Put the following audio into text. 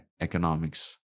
economics